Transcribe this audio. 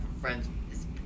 friends